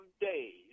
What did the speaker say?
days